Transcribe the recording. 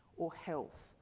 or help.